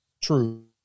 true